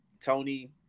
Tony